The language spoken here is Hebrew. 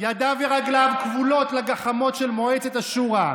ידיו ורגליו כבולות לגחמות של מועצת השורא.